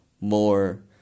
more